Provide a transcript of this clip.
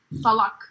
salak